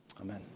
amen